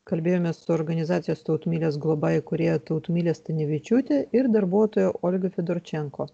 kalbėjomės su organizacijos tautmilės globa įkūrėja tautmile stanevičiūte ir darbuotoja olga fidorčenko